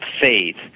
faith